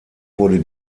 wurde